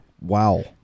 Wow